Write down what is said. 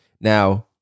Now